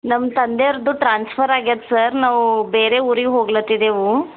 ನಮ್ಮ ತಂದೆಯವ್ರದು ಟ್ರಾನ್ಫರ್ ಆಗೈತೆ ಸರ್ ನಾವು ಬೇರೆ ಊರಿಗೆ ಹೋಗ್ಲತ್ತಿದೇವೆ